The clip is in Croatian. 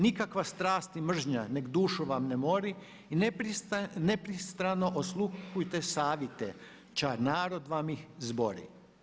Nikakva strast i mržnja nek dušu vam ne mori i nepristrano osluhujte savjete ća narod vam ih zbori“